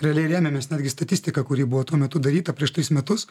realiai rėmėmės netgi statistika kuri buvo tuo metu daryta prieš tris metus